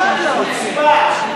זו חוצפה.